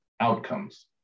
outcomes